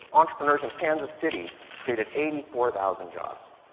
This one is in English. entrepreneurs in kansas city created eighty four thousand jobs.